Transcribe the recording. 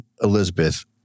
Elizabeth